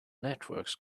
networks